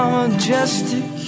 majestic